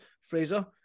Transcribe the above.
Fraser